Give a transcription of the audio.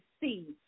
see